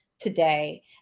today